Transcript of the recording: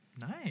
Nice